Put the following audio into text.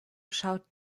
schaut